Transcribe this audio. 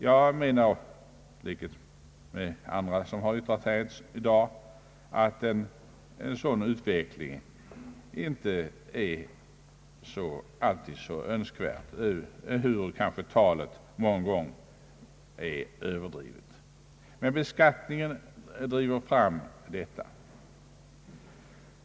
Jag menar, i likhet med andra talare som har yttrat sig i dag, att en sådan utveckling ofta inte är önskvärd, ehuru talet därom många gånger kanske är överdrivet.